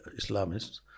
Islamists